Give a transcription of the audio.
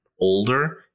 older